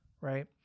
right